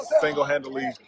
single-handedly